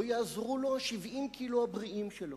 לא יעזרו לו 70 הקילו הבריאים שלו,